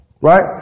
Right